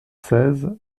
seize